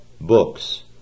books